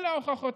אלו ההוכחות,